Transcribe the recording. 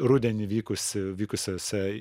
rudenį vykusi vykusiose